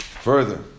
further